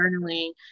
journaling